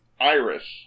Iris